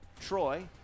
Troy